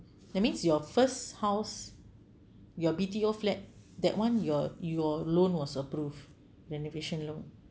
that means your first house your B_T_O flat that one your your loan was approved renovation loan